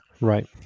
Right